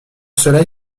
cela